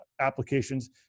applications